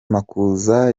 makuza